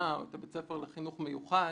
לבית הספר לחינוך מיוחד,